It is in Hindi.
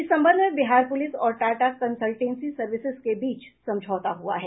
इस संबंध में बिहार पुलिस और टाटा कंसलटेनसी सर्विसेज के बीच समझौता हुआ है